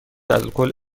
الکل